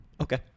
okay